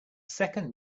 second